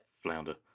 Flounder